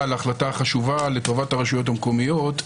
על ההחלטה החשובה לטובת הרשויות המקומיות,